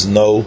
no